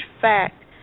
fact